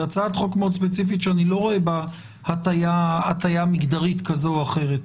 בהצעת חוק ספציפית שאני לא רואה בה הטיה מגדרית כזו או אחרת.